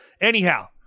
Anyhow